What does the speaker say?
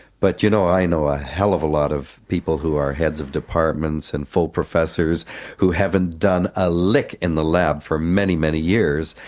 but you know i know a hell of a lot of people who are heads of departments and full professors who haven't done a lick in the lab for many, many years.